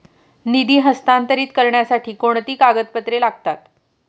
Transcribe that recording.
निधी हस्तांतरित करण्यासाठी कोणती कागदपत्रे लागतात?